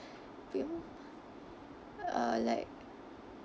people uh like